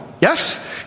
Yes